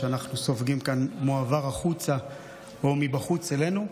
אם מה שאנחנו סופגים כאן מועבר החוצה או מבחוץ אלינו.